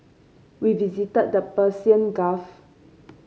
we visited the Persian Gulf